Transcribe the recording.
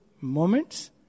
moments